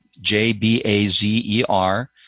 J-B-A-Z-E-R